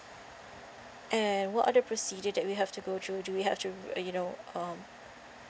and what are the procedure that we have to go through do we have to uh you know um